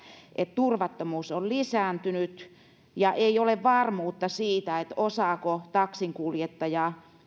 turvattomuus on lisääntynyt ja ei ole varmuutta siitä osaako taksinkuljettaja